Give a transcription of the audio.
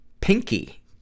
Pinky